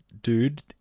dude